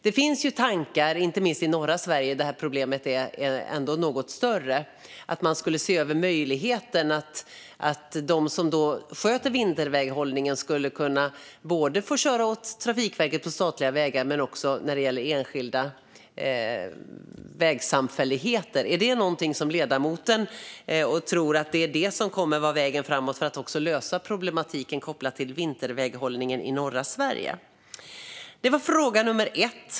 Det finns ju tankar på, inte minst i norra Sverige där problemet ändå är något större, att se över möjligheten att de som sköter vinterväghållningen skulle kunna få köra åt både Trafikverket på statliga vägar och åt enskilda vägsamfälligheter. Är det någonting som ledamoten tror är vägen framåt för att lösa problematiken kopplad till vinterväghållningen i norra Sverige? Det var fråga nummer ett.